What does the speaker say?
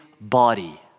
body